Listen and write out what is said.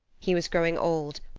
he was growing old,